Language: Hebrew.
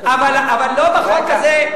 לא בחוק הזה.